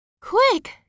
Quick